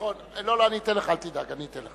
יש לי רק